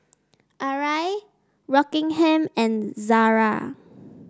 Arai Rockingham and Zara